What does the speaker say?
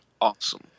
awesome